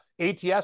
ATS